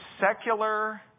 secular